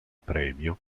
premio